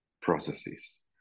processes